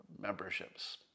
memberships